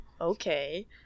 Okay